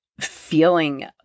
feeling